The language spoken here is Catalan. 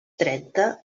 trenta